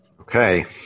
Okay